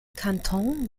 kantons